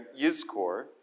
Yizkor